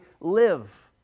live